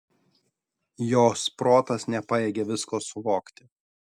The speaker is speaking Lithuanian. jos protas nepajėgė visko suvokti